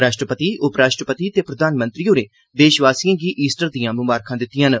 राष्ट्रपति उपराष्ट्रपति ते प्रधानमंत्री होरें देशवासिएं गी ईस्टर दिआं ममारखां दित्तिआं न